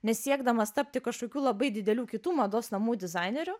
nesiekdamas tapti kažkokių labai didelių kitų mados namų dizaineriu